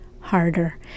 harder